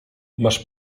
masz